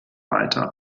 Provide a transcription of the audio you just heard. weiter